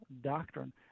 doctrine